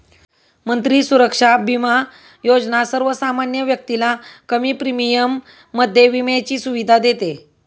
मंत्री सुरक्षा बिमा योजना सर्वसामान्य व्यक्तीला कमी प्रीमियम मध्ये विम्याची सुविधा देते